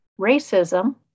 racism